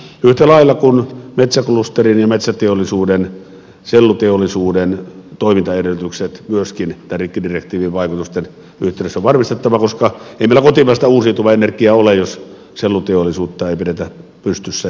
yhtä lailla kuin metsäklusterin ja metsäteollisuuden myöskin selluteollisuuden toimintaedellytykset tämän rikkidirektiivin vaikutusten yhteydessä on varmistettava koska ei meillä kotimaista uusiutuvaa energiaa ja koko bioenergian edellytyksiä ole jos selluteollisuutta ei pidetä pystyssä